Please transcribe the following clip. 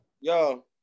Yo